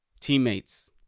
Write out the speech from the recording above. teammates